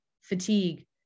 fatigue